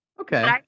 Okay